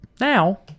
now